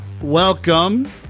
welcome